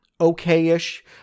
okay-ish